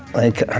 like, i